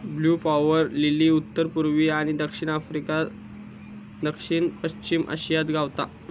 blue water lily उत्तर पुर्वी आणि दक्षिण आफ्रिका, दक्षिण पश्चिम आशियात गावता